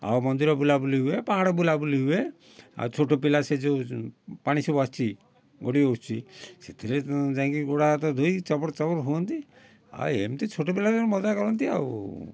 ଆଉ ମନ୍ଦିର ବୁଲାବୁଲି ହୁଏ ଆଉ ପାହାଡ଼ ବୁଲାବୁଲି ହୁଏ ଆଉ ଛୋଟ ପିଲା ସେ ଯେଉଁ ପାଣି ସବୁ ଆସୁଛି ଗଡ଼ି ଆସୁଛି ସେଥିରେ ଯାଇଁ କି ଗୋଡ ହାତ ଧୋଇକି ଚବର ଚବର ହୁଅନ୍ତି ଆଉ ଏମିତି ଛୋଟ ପିଲା ମଜା କରନ୍ତି ଆଉ